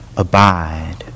abide